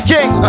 King